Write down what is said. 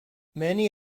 many